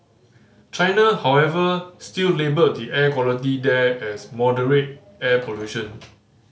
China however still labelled the air quality there as moderate air pollution